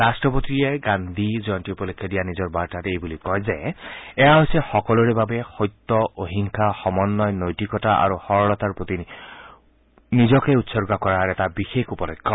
ৰাষ্ট্ৰপতিয়ে গান্ধী জয়ন্তী উপলক্ষে দিয়া নিজৰ বাৰ্তাত এই বুলি কয় যে এয়া হৈছে সকলোৰে বাবে সত্য অহিংসা সমন্বয় নৈতিকতা আৰু সৰলতাৰ প্ৰতি নিজকে উৎসৰ্গা কৰাৰ এটা বিশেষ উপলক্ষ্য